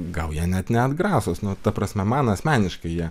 gal jie net neatgrąsūs nu ta prasme man asmeniškai jie